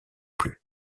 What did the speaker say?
plus